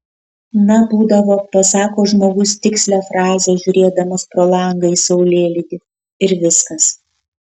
na būdavo pasako žmogus tikslią frazę žiūrėdamas pro langą į saulėlydį ir viskas